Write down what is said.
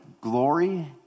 glory